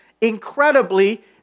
incredibly